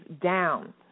down